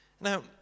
Now